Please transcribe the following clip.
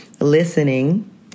listening